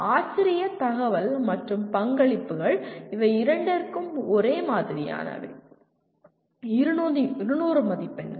ஆசிரிய தகவல் மற்றும் பங்களிப்புகள் அவை இரண்டிற்கும் ஒரே மாதிரியானவை 200 மதிப்பெண்கள்